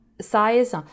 size